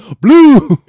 Blue